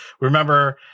Remember